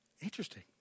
Interesting